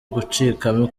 gucikamo